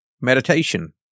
Meditation